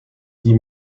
dit